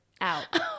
out